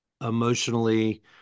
emotionally